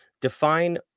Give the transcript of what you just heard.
define